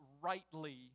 rightly